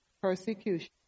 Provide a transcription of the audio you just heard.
persecution